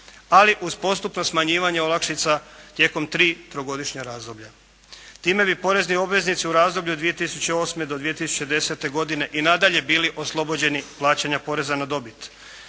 ali uz postupno smanjivanje olakšica tijekom tri trogodišnja razdoblja. Time bi porezni obveznici u razdoblju od 2008 . do 2010. godine i nadalje bili oslobođeni plaćanja poreza na dobit.